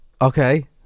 Okay